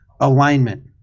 Alignment